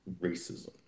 racism